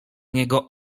niego